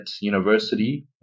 university